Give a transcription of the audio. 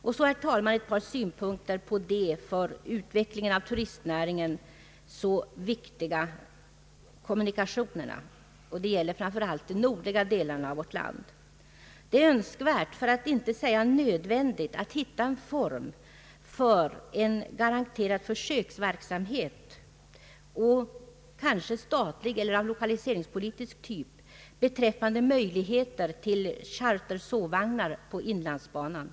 Till sist, herr talman, ett par synpunkter på de för utvecklingen av turistnäringen så viktiga kommunikationerna, och det gäller framför allt de nordliga delarna av vårt land. Det är önskvärt, för att inte säga nödvändigt, att hitta en form för en garanterad försöksverksamhet, kanske av statlig eller lokalpolitisk typ, beträffande möjligheter till chartersovvagnar på inlandsbanan.